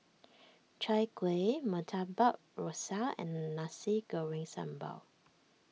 Chai Kueh Murtabak Rusa and Nasi Goreng Sambal